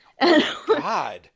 God